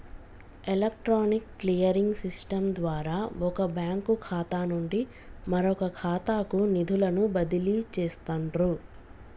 electronic clearing system ద్వారా వొక bank ఖాతా నుండి మరొకఖాతాకు నిధులను బదిలీ చేస్తండ్రు